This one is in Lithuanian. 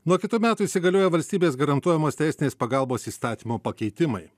nuo kitų metų įsigalioja valstybės garantuojamos teisinės pagalbos įstatymo pakeitimai